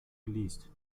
geleast